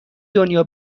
دنیا